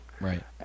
Right